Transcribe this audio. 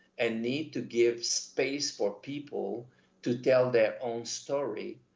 and need to give space for people to tell their own story,